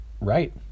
Right